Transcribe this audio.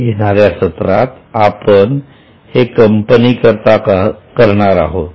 येणाऱ्या सत्रात आपण हे कंपनी करिता करणार आहोत